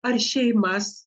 ar šeimas